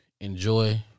Enjoy